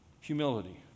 humility